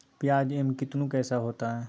प्याज एम कितनु कैसा होता है?